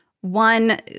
one